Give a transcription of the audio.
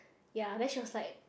ya then she was like